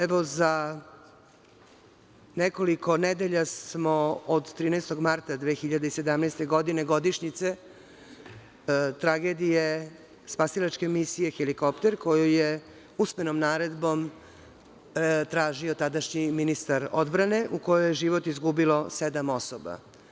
Evo, za nekoliko nedelja smo od 13. marta 2017. godine, godišnjice tragedije spasilačke misije helikopter, koji je usmenom naredbom tražio tadašnji ministar odbrane u kojoj je život izgubilo sedam osoba.